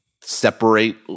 separate